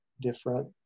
different